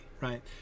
right